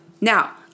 Now